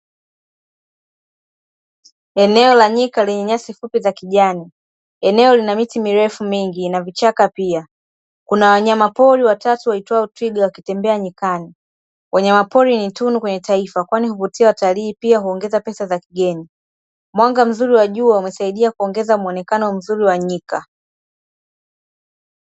Eneo la nyika lenye nyasi fupi za kijani eneo lina miti mirefu mingi na vichaka, pia kuna wanyama pori watatu waitwao twiga wakitembea nyikani. Wanyama pori ni tunu kwenye taifa kwani huvutia watalii, pia huongeza pesa za kigeni. Mwanga mzuri wa jua unasaidia kuongeza muonekano mzuri wa nyika.